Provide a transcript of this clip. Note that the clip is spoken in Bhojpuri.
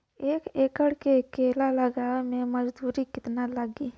एक एकड़ में केला लगावे में मजदूरी कितना लागी?